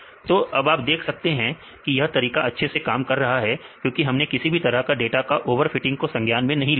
तो अब देख सकते हैं यह तरीका अच्छे से काम कर रहा है क्योंकि हमने किसी भी तरह डाटा के ओवरफिटिंग को संज्ञान में नहीं लिया है